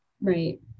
Right